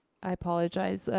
i apologize,